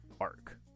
arc